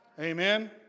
Amen